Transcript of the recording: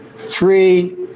three